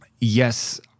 Yes